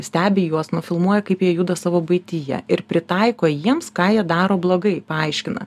stebi juos nufilmuoja kaip jie juda savo buityje ir pritaiko jiems ką jie daro blogai paaiškina